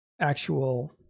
actual